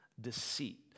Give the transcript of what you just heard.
deceit